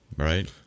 right